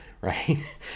right